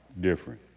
different